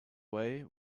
way